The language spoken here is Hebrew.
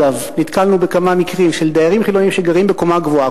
אגב: נתקלנו בכמה מקרים של דיירים חילונים שגרים בקומה גבוהה,